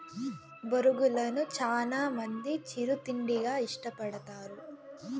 బొరుగులను చానా మంది చిరు తిండిగా ఇష్టపడతారు